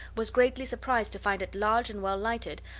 was greatly surprised to find it large and well lighted,